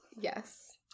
Yes